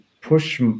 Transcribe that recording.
push